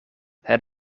het